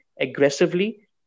aggressively